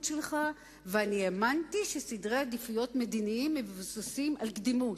שלך והאמנתי שסדרי עדיפויות מדיניים מבוססים על קדימות,